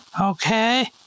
okay